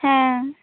ᱦᱮᱸᱻ